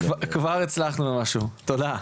תודה.